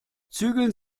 zügeln